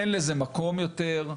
אין לזה מקום יותר.